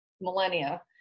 millennia